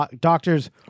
doctors